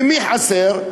ולמי חסר?